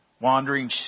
wandering